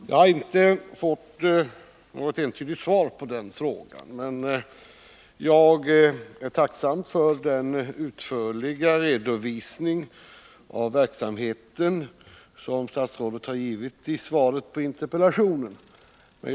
Jag har inte fått något entydigt svar på den frågan, men jag är tacksam för den utförliga redovisning av verksamheten som statsrådet har gett i svaret på interpellationen.